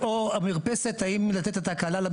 או המרפסת, האם לתת את ההקלה.